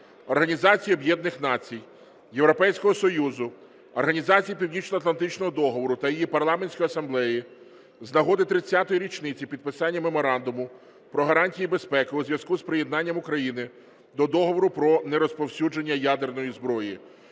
Організації Об'єднаних Націй, Європейського Союзу, Організації Північноатлантичного договору та її Парламентської Асамблеї з нагоди 30-ї річниці підписання Меморандуму про гарантії безпеки у зв'язку з приєднанням України до Договору про нерозповсюдження ядерної зброї